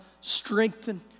strengthen